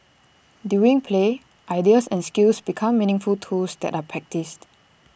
during play ideas and skills become meaningful tools that are practised